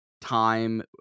time